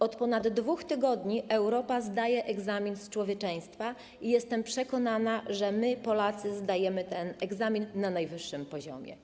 Od ponad 2 tygodni Europa zdaje egzamin z człowieczeństwa i jestem przekonana, że my, Polacy, zdajemy ten egzamin na najwyższym poziomie.